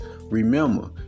remember